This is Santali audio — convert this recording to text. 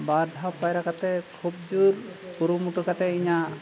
ᱵᱟᱨ ᱫᱷᱟᱣ ᱯᱟᱭᱨᱟ ᱠᱟᱛᱮ ᱠᱷᱩᱵ ᱡᱩᱛ ᱠᱩᱨᱩᱢᱩᱴᱩ ᱠᱟᱛᱮ ᱤᱧᱟᱹᱜ